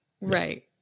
Right